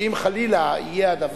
שאם חלילה יהיה הדבר,